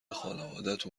خانوادت